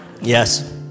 Yes